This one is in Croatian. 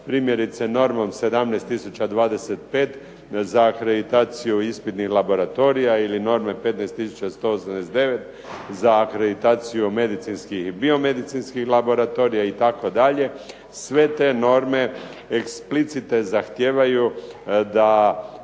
Primjerice normom 17 tisuća 25 za akreditaciju ispitnih laboratorija ili norme 15 tisuća 189 za akreditaciju medicinskih i bio medicinskih laboratorija itd. Sve te norme eksplicitne zahtijevaju da